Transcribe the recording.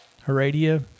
Heredia